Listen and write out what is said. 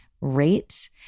rate